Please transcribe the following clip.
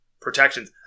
protections